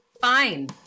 Fine